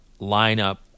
lineup